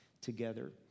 together